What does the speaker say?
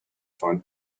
fun